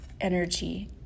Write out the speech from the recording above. energy